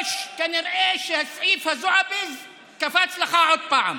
כנראה שסעיף הזועביז קפץ לך עוד פעם.